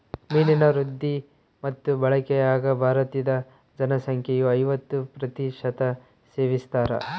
ಮೀನಿನ ವೃದ್ಧಿ ಮತ್ತು ಬಳಕೆಯಾಗ ಭಾರತೀದ ಜನಸಂಖ್ಯೆಯು ಐವತ್ತು ಪ್ರತಿಶತ ಸೇವಿಸ್ತಾರ